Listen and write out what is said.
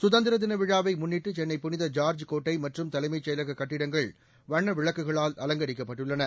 சுதந்திர தின விழாவை முன்னிட்டு சென்னை புனித ஜார்ஜ் கோட்டை மற்றும் தலைமைச் செயலக கட்டிடங்கள் வண்ண விளக்குகளால் அலங்கரிக்கப்பட்டுள்ளன